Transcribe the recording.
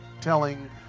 telling